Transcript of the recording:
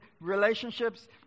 relationships